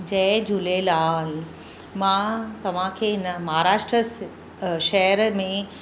जय झूलेलाल मां तव्हां खे हिन महाराष्ट्र शहर में